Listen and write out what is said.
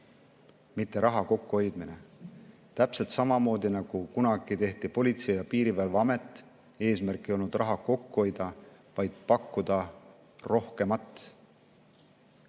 mitte raha kokkuhoidmine. Täpselt samamoodi, nagu kunagi tehti Politsei- ja Piirivalveamet: eesmärk ei olnud raha kokku hoida, vaid pakkuda rohkemat. Maailm